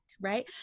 right